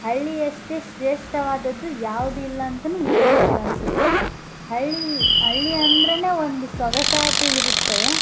ಹಳ್ಳಿಯಷ್ಟೇ ಶ್ರೇಷ್ಠವಾದದ್ದು ಯಾವುದು ಇಲ್ಲ ಅಂತಾನೂ ಹೇಳ್ಬೋದು ಅನಿಸುತ್ತೆ ಹಳ್ಳಿ ಹಳ್ಳಿಯಂದ್ರೆನೇ ಒಂದು ಸೊಗಸಾದ ಇರುತ್ತವೆ